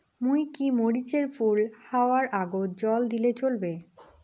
মুই কি মরিচ এর ফুল হাওয়ার আগত জল দিলে চলবে?